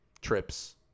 trips